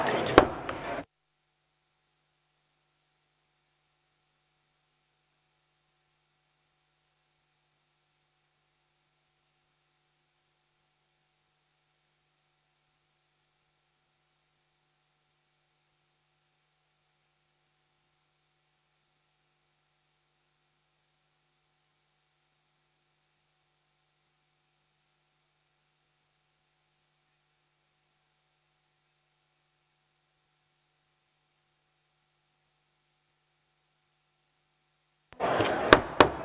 lakiehdotusten ensimmäinen käsittely päättyi